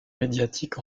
médiatique